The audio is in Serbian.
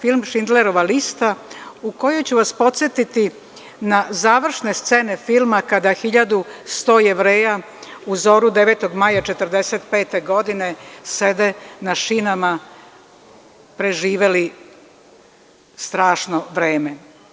Film „Šindlerova lista“ u kojoj ću vas podsetiti na završne scene filma, kada 1100 Jevreja u zoru 9. maja 1945. godine sede na šinama preživeli strašno vreme.